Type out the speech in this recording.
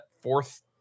fourth